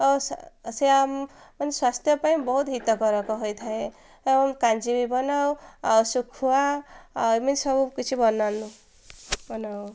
ଆଉ ସେ ମାନେ ସ୍ୱାସ୍ଥ୍ୟ ପାଇଁ ବହୁତ ହିତକାରକ ହୋଇଥାଏ ଏବଂ କାଞ୍ଜି ବି ବନାଉ ଆଉ ଶୁଖୁଆ ଆଉ ଏମିତି ସବୁ କିଛି ବନାନୁ ବନାଉ